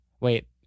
Wait